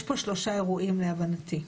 יש פה שלושה אירועים להבנתי,